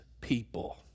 people